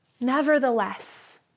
nevertheless